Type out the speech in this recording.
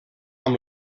amb